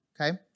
Okay